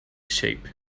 shape